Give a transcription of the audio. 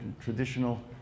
traditional